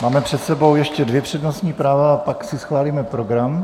Máme před sebou ještě dvě přednostní práva a pak si schválíme program.